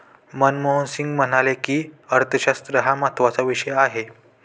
मनमोहन सिंग म्हणाले की, अर्थशास्त्र हा महत्त्वाचा विषय आहे